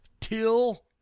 Till